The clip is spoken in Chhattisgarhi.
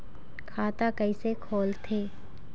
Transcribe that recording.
खाता कइसे खोलथें?